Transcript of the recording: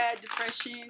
depression